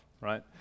right